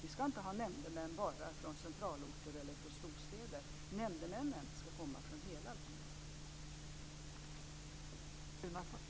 Vi ska inte ha nämndemän bara från centralorter eller från storstäder. Nämndemännen ska komma från hela landet.